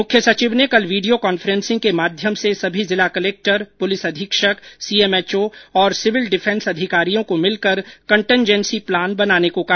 मुख्य सचिव ने कल वीडियो कॉन्फ्रेन्सिंग के माध्यम से सभी जिला कलेक्टर पुलिस अधीक्षक सीएमएचओ और सिविल डिफेंस अधिकारियों को मिलकर कंटनजेन्सी प्लान बनाने को कहा